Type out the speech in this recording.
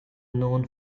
known